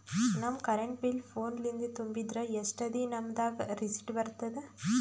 ನಮ್ current bill ಫೋನ ಲಿಂದೇ ತುಂಬಿದ್ರ, ಎಷ್ಟ ದಿ ನಮ್ ದಾಗ ರಿಸಿಟ ಬರತದ?